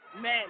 men